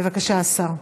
בבקשה, השר.